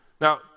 now